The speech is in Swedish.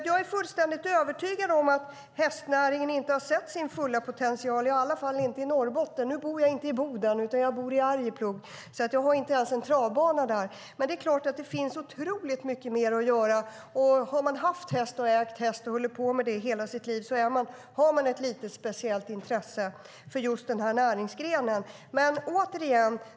Jag är fullständigt övertygad om att hästnäringen inte har nått sin fulla potential, i alla fall inte i Norrbotten. Jag bor inte i Boden utan i Arjeplog, och jag har inte ens en travbana där, men det finns otroligt mycket mer att göra. Har man haft häst, ägt häst och hållit på med hästar i hela sitt liv har man ett lite speciellt intresse för just den näringsgrenen.